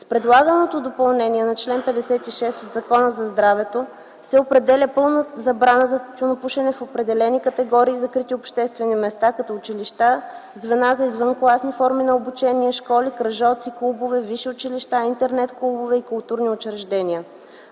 С предлаганото допълнение на чл. 56 от Закона за здравето се определя пълна забрана за тютюнопушене в определени категории закрити обществени места, като училища, звена за извънкласни форми за обучение, школи, кръжоци, клубове, висши училища, интернет клубове и културни учреждения.